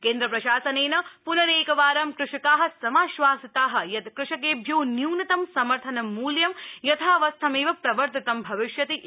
केन्द्रप्रशासनेन प्नरेकवारं कृषका समाश्वासिता यत् क़षकेभ्यो न्यूनतम समर्थनमूल्यं यथावस्थमेव प्रवर्तितम भविष्यति इति